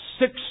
Six